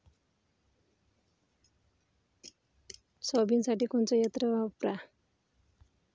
सोयाबीनसाठी कोनचं यंत्र वापरा?